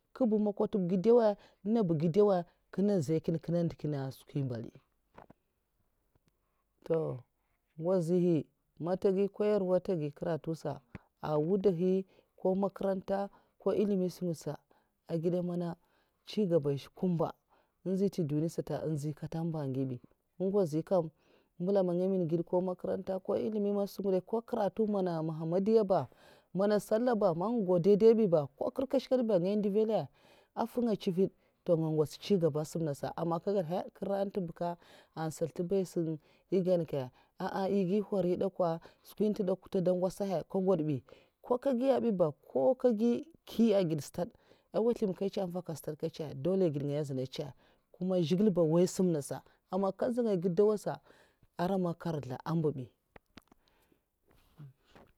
Nkuba mokwatwub gidèwa nènga ba gidèwa nkinnè nzèy nkinnè ndèykènna skwi mbali' ntoh ngwazihi man ntèghi nkoyèrwa ntèghi nkaratu sa a wudahi, koh makaranta ko ilimi smètk sa ègèda mana chingaba zhè kumba nnjita ntè dunyia sata anji kata amba ngi bi nga ngwozi nkam mbuklan man ngwa mwun gèd nko makaranta nko ilimi sungadba ko karatu mana mohmmadiya'nba man sallah ba man nga gau dèydèya bi ba ko nkur mkèshnkata ba nga nduvaala èhn mfunga ncivèd'nga ngwots chingaba asim nasa aman nkè ngada hèwnnnn nkèran ntè buka ansa zlèbad sai nka è gan nkè? Èh ghi nhwari ndèkwa skwi ntèndèkwa ndè nzlibiya nbi skwi ntè dè kwa' mtè dèy nkwasahèya nkè ngwoda bi ko nkè giya bi ba, nko nkè gi nkiya ègèd staad nwuzlèm ngatsa mvaka nstaad nkècha'a dolè gèdngaya azhuna ncaa'kuma zhigilè ba nwoy sam nasa aman nkè nzhyè ngai gèdèwasa ngèd ngayaazhunè nrèzlna ara man nkè nrèzl amba bi